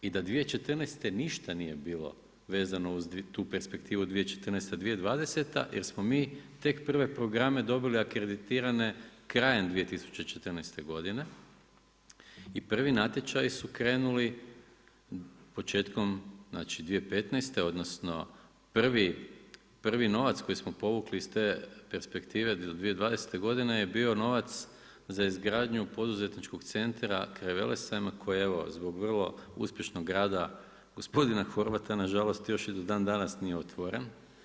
I da 2014. ništa nije bilo vezano uz tu perspektivu 2014-2020. jer smo mi tek prve programe dobili akreditirane krajem 2014. godine i prvi natječaju su krenuli početkom 2015. odnosno prvi novac koji smo povukli iz te perspektive do 2020. godine je bio novac za izgradnju poduzetničkog centra kraj Velesajma koji evo, zbog vrlo uspješnog grada gospodina Horvata, nažalost, još ni dandanas nije otvoren.